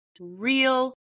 real